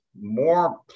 more